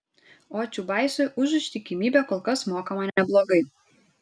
o čiubaisui už ištikimybę kol kas mokama neblogai